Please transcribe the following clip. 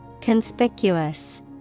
conspicuous